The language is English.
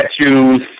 statues